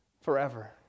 forever